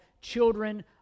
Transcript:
children